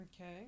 Okay